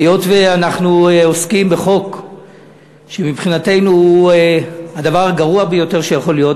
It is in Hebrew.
היות שאנחנו עוסקים בחוק שמבחינתנו הוא הדבר הגרוע ביותר שיכול להיות,